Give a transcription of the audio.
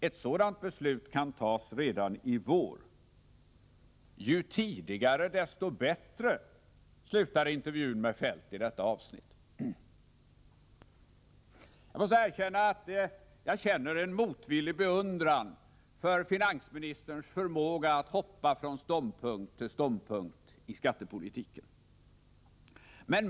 Ett sådant beslut kan tas redan i vår.” ”Ju tidigare desto bättre”, slutar intervjun med Kjell-Olof Feldt i detta avsnitt. Jag måste erkänna att jag känner en motvillig beundran för finansministerns förmåga att hoppa från ståndpunkt till ståndpunkt i skattepolitiken.